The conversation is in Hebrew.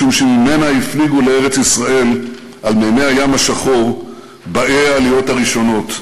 משום שממנה הפליגו לארץ-ישראל על מימי הים השחור באֵי העליות הראשונות,